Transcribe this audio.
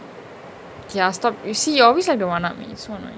ya stop you see you always want to one up me so annoying